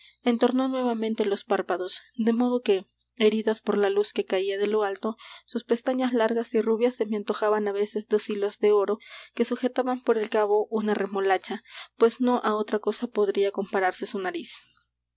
entornó nuevamente los párpados de modo que heridas por la luz que caía de lo alto sus pestañas largas y rubias se me antojaban á veces dos hilos de oro que sujetaban por el cabo una remolacha pues no á otra cosa podría compararse su nariz